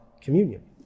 communion